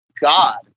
God